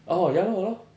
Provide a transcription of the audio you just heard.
oh ya lor ya lor